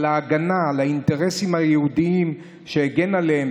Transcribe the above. על ההגנה על האינטרסים היהודיים שהגן עליהם,